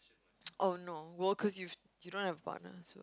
oh no well cause you've you don't have a partner so